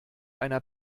einer